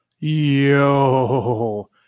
yo